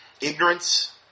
ignorance